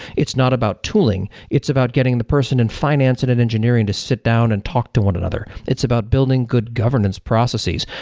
it's not about tooling. it's about getting the person in finance and and engineering to sit down and talk to one another. it's about building good governance processes.